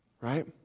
right